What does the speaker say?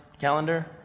calendar